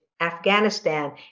Afghanistan